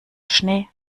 schnee